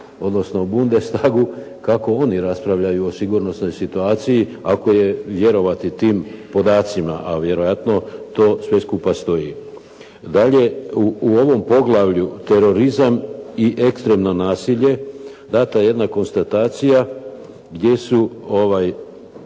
odnosno Bundestagu kako oni raspravljaju o sigurnosnoj situaciji ako je vjerovati tim podacima, a vjerojatno to sve skupa stoji. Dalje, u ovom poglavlju terorizam i ekstremno nasilje dana je jedna konstatacija gdje su